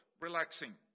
relaxing